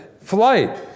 flight